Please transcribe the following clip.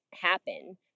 happen